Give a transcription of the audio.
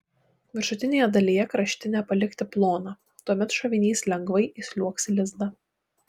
viršutinėje dalyje kraštinę palikti ploną tuomet šovinys lengvai įsliuogs į lizdą